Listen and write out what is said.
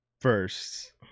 first